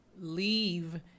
leave